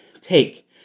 take